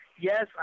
yes